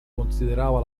considerava